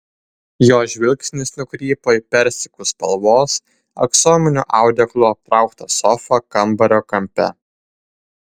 jo žvilgsnis nukrypo į persikų spalvos aksominiu audeklu aptrauktą sofą kambario kampe